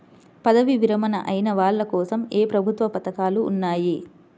పదవీ విరమణ అయిన వాళ్లకోసం ఏ ప్రభుత్వ పథకాలు ఉన్నాయి?